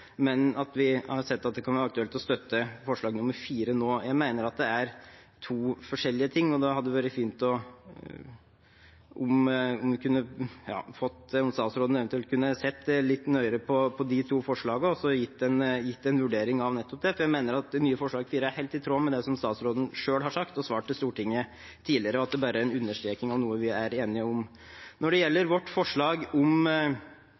men at vi har sett at det kan være aktuelt å støtte forslag nr. 4 nå – jeg mener at det er to forskjellige ting. Det hadde vært fint om statsråden eventuelt kunne sett litt nøyere på de to forslagene og gitt en vurdering av nettopp det, for jeg mener at det nye forslag nr. 4 er helt i tråd med det som statsråden selv har sagt og svart Stortinget tidligere, og at det bare er en understrekning av noe vi er enige om. Når det gjelder vårt forslag om